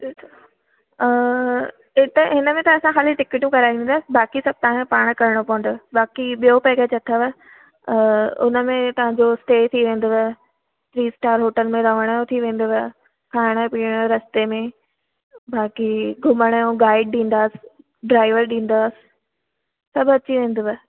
त त हिन में त असां खाली टिकीटूं करायूं त बाक़ी सभु तव्हां खे पाण करिणो पवंदव बाक़ी ॿियो पेकेज अथव उन में तव्हां जो स्टे थी वेंदव थ्री स्टार होटल में रहण जो थीं वेंदव खाइण पीअण जो रस्ते में बाक़ी घुमण जो गाइड डींदासीं ड्राइवर डींदासीं सभु अची वेंदव